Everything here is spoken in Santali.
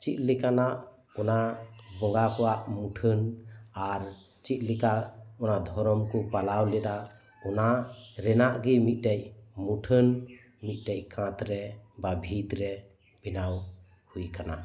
ᱪᱮᱫ ᱞᱮᱠᱟᱱᱟᱜ ᱚᱱᱟ ᱵᱚᱸᱜᱟ ᱠᱚᱣᱟᱜ ᱢᱩᱴᱷᱟᱱ ᱟᱨ ᱪᱮᱫ ᱞᱮᱠᱟ ᱚᱱᱟ ᱫᱷᱚᱨᱚᱢ ᱠᱚ ᱯᱟᱞᱟᱣ ᱞᱮᱫᱟ ᱚᱱᱟ ᱨᱮᱱᱟᱜ ᱜᱮ ᱢᱤᱫ ᱴᱮᱱ ᱢᱩᱴᱷᱟᱹᱱ ᱢᱤᱫ ᱴᱮᱱ ᱠᱟᱸᱛ ᱨᱮ ᱵᱟ ᱵᱷᱤᱛ ᱨᱮ ᱵᱮᱱᱟᱣ ᱦᱳᱭ ᱟᱠᱟᱱᱟ